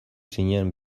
zinen